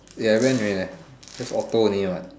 ya I went already leh just auto only what